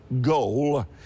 goal